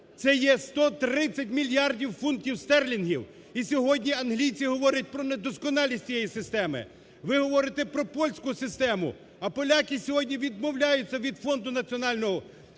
це є 130 мільярдів фунтів стерлінгів. І сьогодні англійці говорять про недосконалість цієї системи, ви говорите про польську систему. А поляки сьогодні відмовляються від фонду національного,